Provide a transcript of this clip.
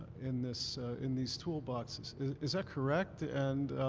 in this in these toolboxes. is that correct? and